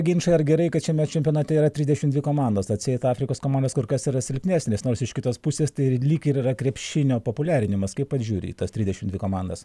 ginčai ar gerai kad šiame čempionate yra trisdešim dvi komandos atseit afrikos komandos kur kas yra silpnesnės nors iš kitos pusės tai ir lyg ir yra krepšinio populiarinimas kaip pats žiūri į tas trisdešim dvi komandas